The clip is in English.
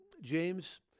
James